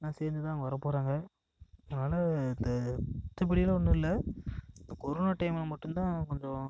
எல்லாம் சேர்ந்துதான் வரப்போகிறாங்க அதனால இந்த மற்றபடிலாம் ஒன்றும் இல்லை இந்த கொரோனா டைமில் மட்டும்தான் கொஞ்சம்